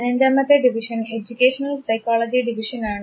പതിനഞ്ചാമത്തെ division educational psychology ഡിവിഷനാണ്